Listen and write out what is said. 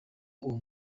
uwo